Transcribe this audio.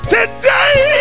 Today